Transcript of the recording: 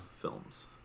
films